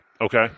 okay